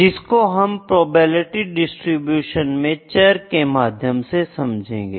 जिसको हम probability distribution में चर के माध्यम से समझेंगे